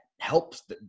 helps